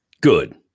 Good